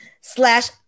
slash